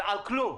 על כלום.